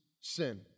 sin